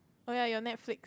oh ya your Netflix